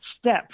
step